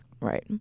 Right